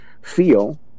feel